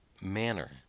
manner